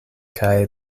kaj